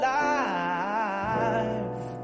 life